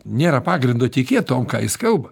nėra pagrindo tikėt tuom ką jis kalba